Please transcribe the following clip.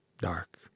dark